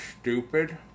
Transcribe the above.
stupid